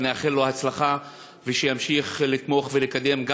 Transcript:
נאחל לו הצלחה ושימשיך לתמוך ולקדם גם